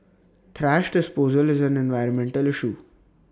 thrash disposal is an environmental issue